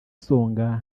songa